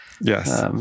Yes